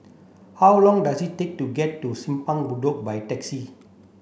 how long does it take to get to Simpang Bedok by taxi